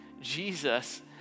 Jesus